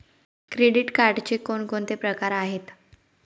Credit कार्डचे कोणकोणते प्रकार आहेत?